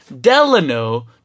Delano